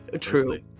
true